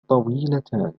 طويلتان